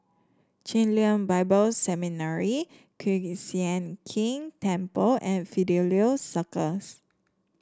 Chen Lien Bible Seminary Kiew Sian King Temple and Fidelio Circus